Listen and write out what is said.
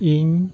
ᱤᱧ